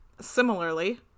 Similarly